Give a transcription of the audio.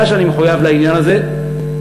ואני מחויב לעניין הזה,